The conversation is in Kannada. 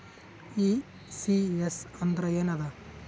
ಈ.ಸಿ.ಎಸ್ ಅಂದ್ರ ಏನದ?